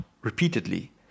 repeatedly